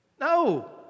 No